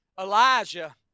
Elijah